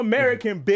American